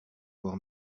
voir